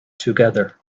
together